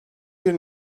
bir